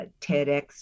TEDx